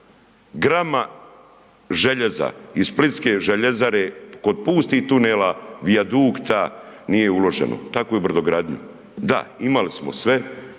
grama željeza iz splitske željezare kod pustih tunela, vijadukta nije uloženo, tako i u brodogradnju. Da, imali smo sve,